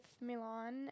Milan